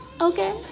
okay